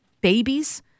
babies